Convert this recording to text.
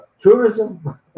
tourism